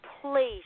please